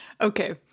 Okay